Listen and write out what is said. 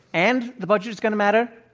and the budget's going to matter.